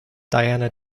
diana